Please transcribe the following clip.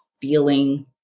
feeling